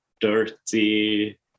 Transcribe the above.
dirty